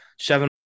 Seven